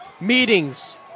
meetings